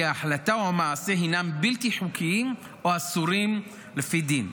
ההחלטה או המעשה הינם בלתי חוקיים או אסורים לפי דין.